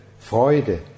Freude